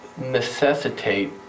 necessitate